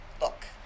look